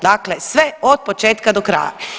Dakle, sve od početka do kraja.